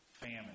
famine